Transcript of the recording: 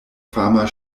fama